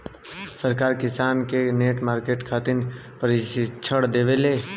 सरकार किसान के नेट मार्केटिंग खातिर प्रक्षिक्षण देबेले?